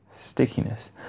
Stickiness